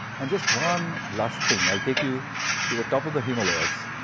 and just one last thing. i'll take you to the top of the himalayas.